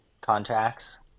contracts